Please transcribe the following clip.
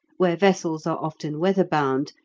where vessels are often weather-bound,